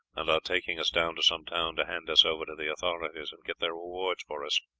and are taking us down to some town to hand us over to the authorities and get their reward for us.